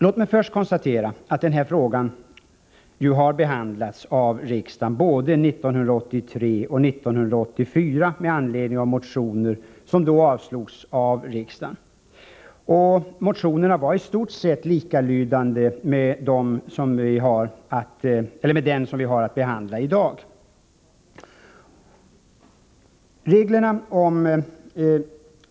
Låt mig först konstatera att frågan behandlats av riksdagen både 1983 och 1984 med anledning av motioner som då avslogs av riksdagen. Motionerna vari stort sett likalydande med den motion som vi har att behandla i dag.